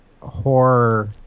horror